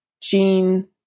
gene